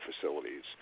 facilities